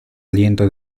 aliento